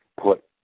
put